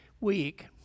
week